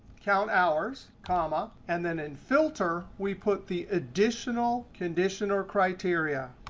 count hours comma, and then in filter, we put the additional condition or criteria.